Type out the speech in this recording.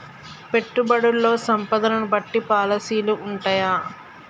పెట్టుబడుల్లో సంపదను బట్టి పాలసీలు ఉంటయా?